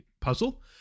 puzzle